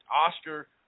Oscar